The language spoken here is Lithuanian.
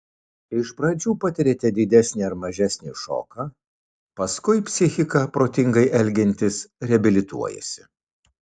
iš pradžių patiriate didesnį ar mažesnį šoką paskui psichika protingai elgiantis reabilituojasi